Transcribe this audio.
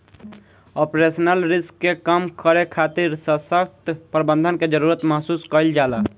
operational risk के कम करे खातिर ससक्त प्रबंधन के जरुरत महसूस कईल जाला